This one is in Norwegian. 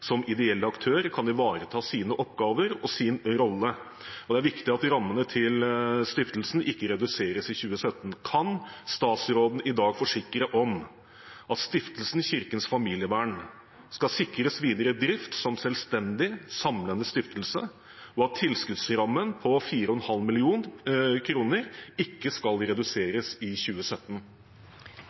som ideell aktør, kan ivareta sine oppgaver og sin rolle. Det er viktig at rammene til stiftelsen ikke reduseres i 2017. Kan statsråden i dag forsikre om at Stiftelsen Kirkens Familievern skal sikres videre drift som en selvstendig, samlende stiftelse, og at tilskuddsrammen på 4,5 mill. kr ikke skal reduseres i 2017?